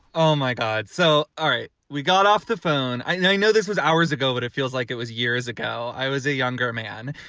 oh, my god. so, all right. we got off the phone. i know i know this was hours ago, but it feels like it was years ago. i was a younger man.